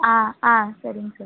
ஆ ஆ சரிங்க சார்